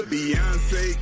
Beyonce